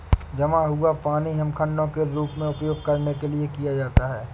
जमा हुआ पानी हिमखंडों के रूप में उपयोग करने के लिए किया जाता है